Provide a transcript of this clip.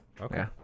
Okay